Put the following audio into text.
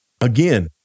Again